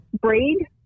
breed